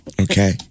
okay